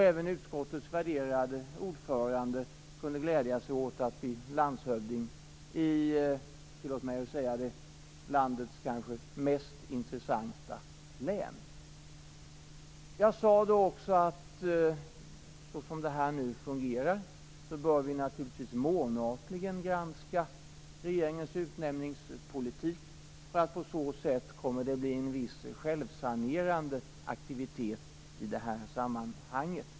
Även utskottets värderade ordförande kunde glädja sig åt att bli landshövding i, tillåt mig att säga det, landets kanske mest intressanta län. Jag sade då också att såsom det här nu fungerar bör vi naturligtvis månatligen granska regeringens utnämningspolitik. På det sättet kommer det att bli en viss självsanerande aktivitet i detta sammanhang.